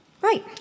Right